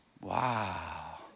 wow